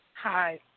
Hi